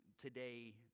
today